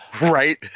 Right